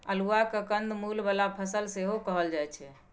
अल्हुआ केँ कंद मुल बला फसल सेहो कहल जाइ छै